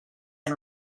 and